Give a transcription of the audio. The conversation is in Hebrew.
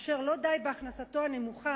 אשר לא די בהכנסתו הנמוכה,